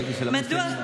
ראיתי שלא מתקיימים,